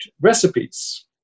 recipes